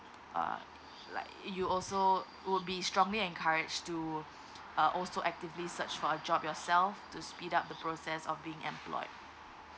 uh like you also would be strongly encourage to uh also actively search for a job yourself to speed up the process of being employed